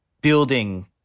building